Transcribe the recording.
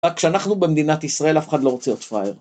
רק כשאנחנו במדינת ישראל, אף אחד לא רוצה להיות פראייר.